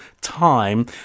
time